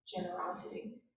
generosity